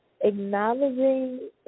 Acknowledging